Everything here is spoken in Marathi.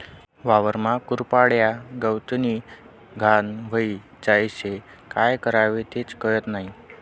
वावरमा कुरपाड्या, गवतनी घाण व्हयी जायेल शे, काय करवो तेच कयत नही?